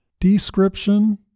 Description